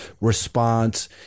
response